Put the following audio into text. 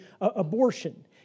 abortion